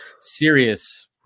serious